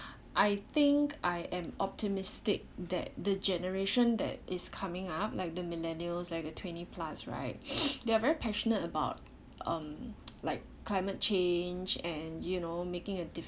I think I am optimistic that the generation that is coming up like the millennials like the twenty plus right they are very passionate about um like climate change and you know making a